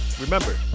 Remember